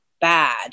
bad